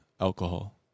alcohol